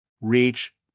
reach